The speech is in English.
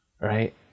right